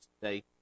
today